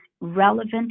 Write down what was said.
relevant